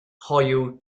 hoyw